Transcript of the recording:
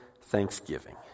thanksgiving